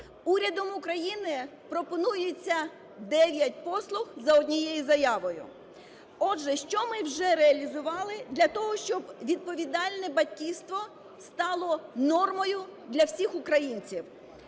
Урядом України пропонується дев'ять послуг за однією заявою. Отже, що ми вже реалізували для того, щоб відповідальне батьківство стало нормою для всіх українців.